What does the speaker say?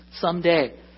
someday